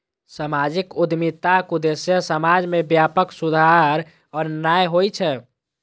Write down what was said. सामाजिक उद्यमिताक उद्देश्य समाज मे व्यापक सुधार आननाय होइ छै